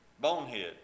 Bonehead